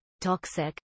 toxic